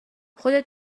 خودت